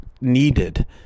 needed